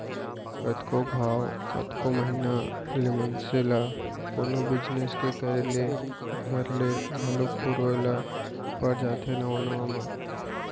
कतको घांव, कतको महिना ले मनसे ल कोनो बिजनेस के करे ले घर ले घलौ पुरोय ल पर जाथे नवा नवा म